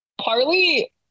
Harley